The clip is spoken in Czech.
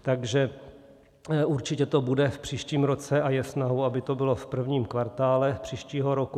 Takže určitě to bude v příštím roce a je snahou, aby to bylo v prvním kvartálu příštího roku.